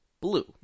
blue